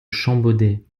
champbaudet